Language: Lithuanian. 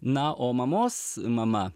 na o mamos mama